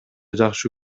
жакшы